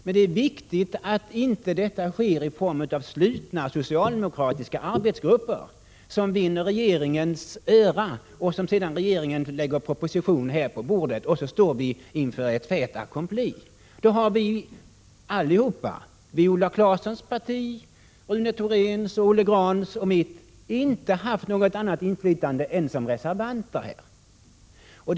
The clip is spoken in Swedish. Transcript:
Men det är också viktigt att trafikpolitik inte bedrivs i slutna socialdemokratiska arbetsgrupper, som vinner regeringens öra så att regeringen lägger en proposition på riksdagens bord och vi står inför ett fait accompli. Då har vi, Viola Claessons parti, Rune Thoréns, Olle Grahns och mitt parti, inte haft något annat inflytande än det som reservanterna kan ha.